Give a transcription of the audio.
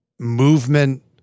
movement